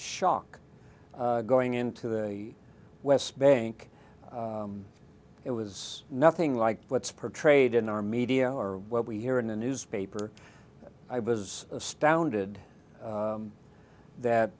shock going into the west bank it was nothing like what's portrayed in our media or what we hear in the newspaper i was astounded that